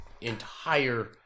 entire